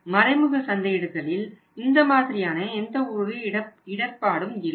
மறைமுக சந்தையிடுதலில் இந்த மாதிரியான எந்த ஒரு இடர்பாடும் இல்லை